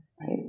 right